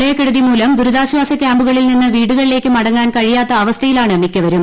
പ്രളയക്കെടുതിമൂലം ് ദുരിതാശ്ചാസ കൃാമ്പുകളിൽ നിന്ന് വീടുകളിലേക്ക് മടങ്ങാൻ കഴിയാത്ത അവസ്ഥയിലാണ് മിക്കവരും